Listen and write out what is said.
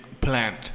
plant